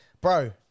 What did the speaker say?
Bro